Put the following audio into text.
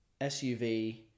suv